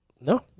No